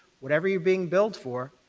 whatever you're being build for,